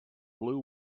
blue